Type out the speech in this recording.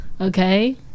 Okay